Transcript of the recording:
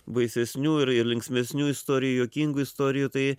baisesnių ir ir linksmesnių istorijų juokingų istorijų tai